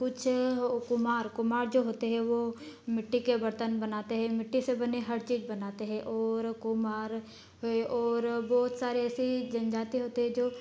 कुछ वो कुम्हार कुम्हार जो होते हैं वो मिट्टी के बर्तन बनाते हैं मिट्टी से बने हर चीज बनाते हैं ओर कुम्हार हैं और बहुत सारी ऐसी जनजाति होती है जो